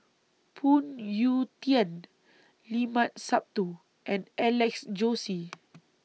Phoon Yew Tien Limat Sabtu and Alex Josey